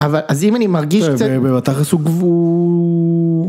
אבל אז אם אני מרגיש קצת... בתכלס הוא גבו...